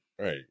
right